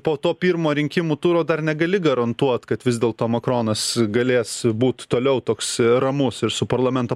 po to pirmo rinkimų turo dar negali garantuot kad vis dėl to makronas galės būti toliau toks ramus ir su parlamento